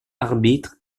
arbitre